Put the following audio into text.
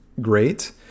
great